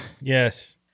Yes